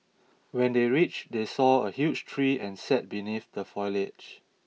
when they reached they saw a huge tree and sat beneath the foliage